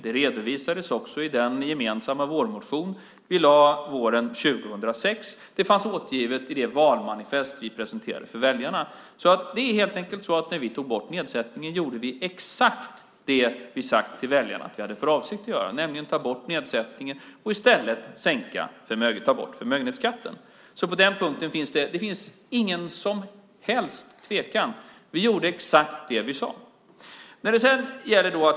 Det redovisades också i den gemensamma vårmotion vi väckte våren 2006. Det fanns även återgivet i det valmanifest vi presenterade för väljarna. Det är helt enkelt så att när vi tog bort nedsättningen gjorde vi exakt det vi hade sagt till väljarna att vi hade för avsikt att göra, nämligen att ta bort nedsättningen och i stället ta bort förmögenhetsskatten. På den punkten råder det ingen som helst tvekan. Vi gjorde exakt det vi sade.